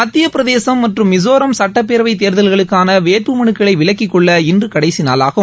மத்தியப் பிரதேசம் மற்றும் மிசோரம் சுட்டப் பேரவைத் தேர்தல்களுக்காள வேட்பு மனுக்களை விலக்கிக் கொள்ள இன்று கடைசி நாளாகும்